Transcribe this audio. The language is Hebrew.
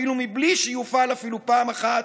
מבלי שיופעל אפילו פעם אחת,